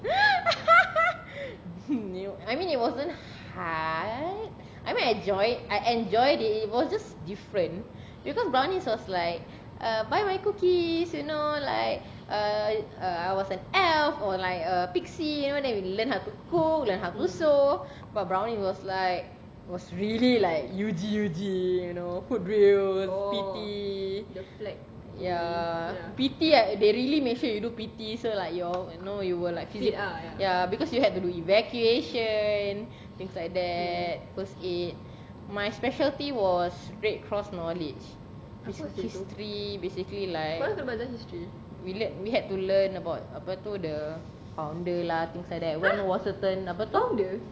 I mean it wasn't hard I mean I join I enjoyed it it was just different because brownies was like uh buy my cookies you know like uh uh was an elf or like a pixie you know then you will learn how to cook learn how to sew but brownie was like was really like U_G U_G you know footdrills P_T ya P_T they really make sure you do P_T so like you're you know you like ya because you had to do evacuation and things like that first aid my specialty was red cross knowledge history basically like the history we learn we had to learn about apa tu the founder lah things like that apa tu